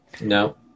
No